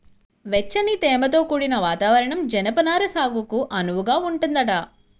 వెచ్చని, తేమతో కూడిన వాతావరణం జనపనార సాగుకు అనువుగా ఉంటదంట